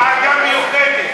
ועדה מיוחדת.